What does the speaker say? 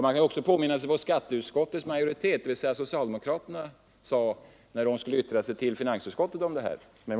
Man kan också påminna sig vad skatteutskottets majoritet, dvs. socialdemokraterna, sade när de skulle yttra sig till finansutskottet om momssänkningen.